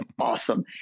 awesome